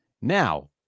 Now